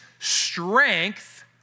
strength